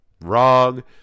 Wrong